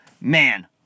man